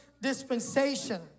dispensation